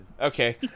Okay